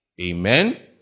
Amen